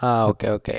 ആ okay okay